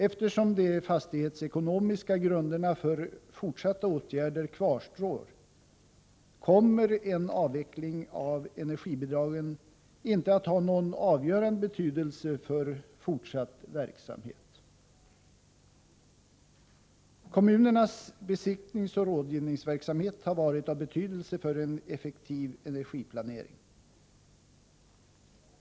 Eftersom de fastighetsekonomiska grunderna för fortsatta åtgärder kvarstår kommer en avveckling av energibidragen inte att ha någon avgörande betydelse för fortsatt verksamhet. Kommunernas besiktningsoch rådgivningsverksamhet har varit av betydelse för en effektiv energiplanering.